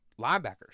linebackers